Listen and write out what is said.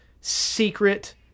secret